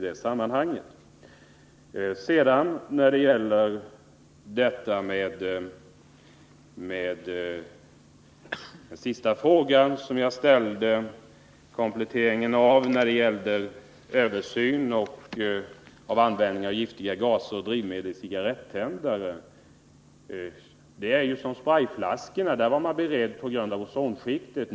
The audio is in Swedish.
Den sista kompletterande fråga jag ställde gällde översynen av bestämmelserna för användningen av giftiga gaser och drivmedel i cigarettändare. När det gäller sprejflaskorna var man rädd för att skada ozonskiktet.